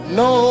no